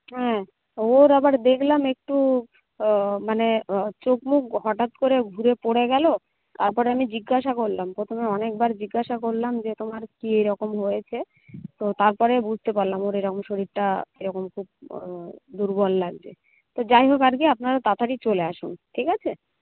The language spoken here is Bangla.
হ্যাঁ ওর আবার দেখলাম একটু মানে চোখ মুখ হঠাৎ করে ঘুরে পড়ে গেল তারপরে আমি জিজ্ঞাসা করলাম প্রথমে অনেকবার জিজ্ঞাসা করলাম যে তোমার কি এরকম হয়েছে তো তারপরে বুঝতে পারলাম ওর এরকম শরীরটা এরকম খুব দুর্বল লাগছে তো যাই হোক আর কি আপনারা তাড়াতাড়ি চলে আসুন ঠিক আছে